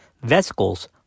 vesicles